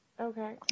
Okay